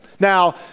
Now